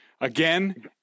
again